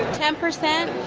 ten percent.